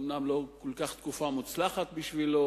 אומנם לא תקופה כל כך מוצלחת בשבילו,